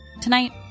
tonight